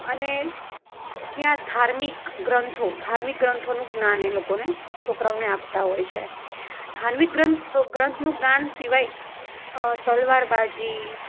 અને ત્યાં ધાર્મિક ગ્રંથો ધાર્મિક ગ્રંથોનું જ્ઞાન એ લોકોને છોકરાઓને આપતા હોય છે ધાર્મિક ગ્રંથો ગ્રંથનું જ્ઞાન સિવાય તલવારબાજી